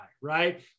right